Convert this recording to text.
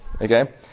Okay